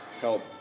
help